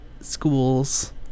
schools